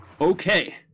Okay